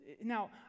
Now